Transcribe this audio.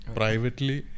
privately